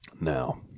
Now